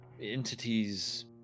entities